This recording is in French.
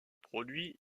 produit